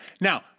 Now